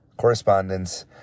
correspondence